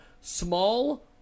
small